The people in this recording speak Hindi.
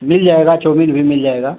मिल जाएगा चोमिन भी मिल जाएगा